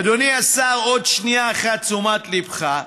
אדוני השר, עוד שנייה אחת תשומת ליבך.